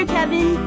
Kevin